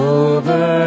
over